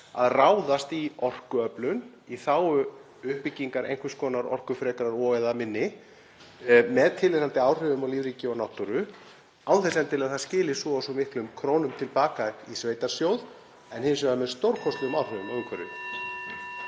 að ráðast í orkuöflun í þágu uppbyggingar einhvers konar orkufrekrar og/eða minni, með tilheyrandi áhrifum á lífríki og náttúru, án þess endilega að það skili svo og svo miklum krónum til baka í sveitarsjóð en hins vegar með stórkostlegum áhrifum á umhverfið.